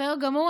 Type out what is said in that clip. בסדר גמור.